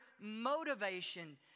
motivation